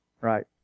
Right